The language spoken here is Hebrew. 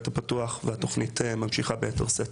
הפתוח׳ והתוכנית ממשיכה שם ביתר שאת.